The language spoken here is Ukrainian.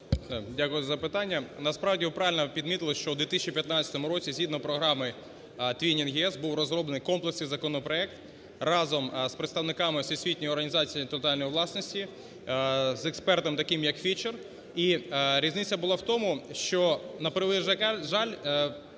Дякую за запитання. Насправді ви правильно підмітили, що у 2015 році, згідно програми Twinning ЄС, був розроблений комплексний законопроект разом з представниками Всесвітньої організації інтелектуальної власності з експертом таким, як Фішер, і різниця була в тому, що на превеликий жаль